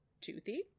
toothy